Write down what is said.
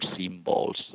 symbols